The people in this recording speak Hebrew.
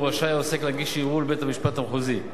רשאי העוסק להגיש ערעור לבית-המשפט המחוזי.